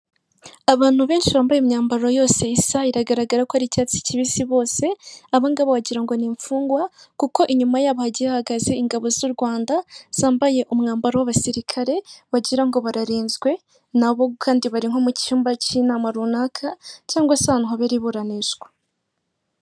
Abantu benshi bambaye imyambaro yose isa iragaragara ko ari icyatsi kibisi bose, abangaba wagira ngo ni imfungwa, kuko inyuma yabo hagiye hahagaze ingabo z'u Rwanda zambaye umwambaro w'abasirikare hagira ngo bararinzwe, nabo kandi bari nko mu cyumba cy'inama runaka, cyangwa se ahantu habera iburanishwa.